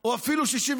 או אפילו 65,